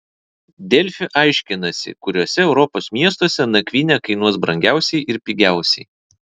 delfi aiškinasi kuriuose europos miestuose nakvynė kainuos brangiausiai ir pigiausiai